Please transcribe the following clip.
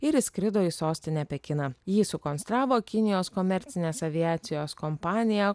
ir įskrido į sostinę pekiną jį sukonstravo kinijos komercinės aviacijos kompanija